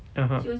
(uh huh)